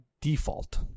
default